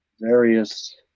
various